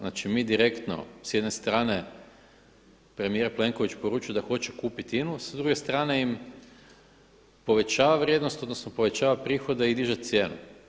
Znači, mi direktno s jedne strane premijer Plenković poručuje da hoće kupiti INA-u, sa druge strane im povećava vrijednost, odnosno povećava prihode i diže cijenu.